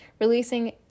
releasing